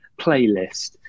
playlist